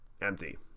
empty